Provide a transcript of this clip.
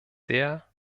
sehr